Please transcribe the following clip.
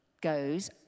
goes